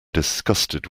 disgusted